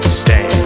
stay